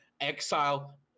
Exile